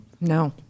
No